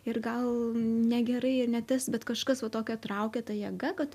ir gal negerai ir ne tas bet kažkas va tokio traukė ta jėga kad